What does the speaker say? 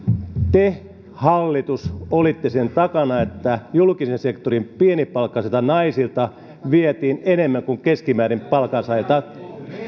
te hallitus olitte sen takana että julkisen sektorin pienipalkkaisilta naisilta vietiin enemmän kuin keskimäärin palkansaajilta